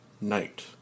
Night